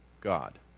God